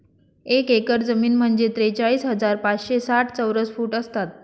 एक एकर जमीन म्हणजे त्रेचाळीस हजार पाचशे साठ चौरस फूट असतात